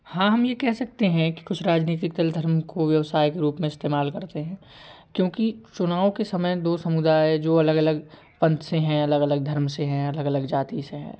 हाँ हम ये कह सकते हैं कि कुछ राजनीतिक दल धर्म को व्यवसाय के रूप में इस्तेमाल करते हैं क्योंकि चुनाव के समय दो समुदाय जो अलग अलग पंथ से हैं अलग अलग धर्म से हैं अलग अलग जाति से हैं